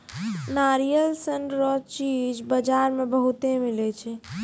नारियल सन रो चीज बजार मे बहुते मिलै छै